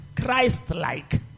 Christ-like